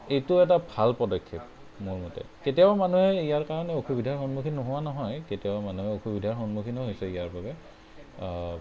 এইটো এটা ভাল পদক্ষেপ মোৰ মতে কেতিয়াবা মানুহে ইয়াৰ কাৰণে অসুবিধাৰ সম্মুখীন নোহোৱা নহয় কেতিয়াবা মানুহে অসুবিধাৰ সম্মুখীন হৈছে ইয়াৰ বাবে